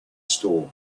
store